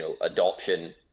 adoption